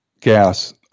gas